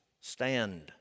Stand